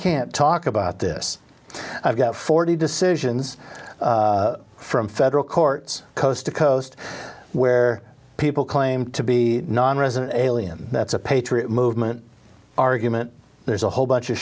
can't talk about this i've got forty decisions from federal courts coast to coast where people claim to be nonresident alien that's a patriot movement argument there's a whole bunch of